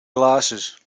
glasses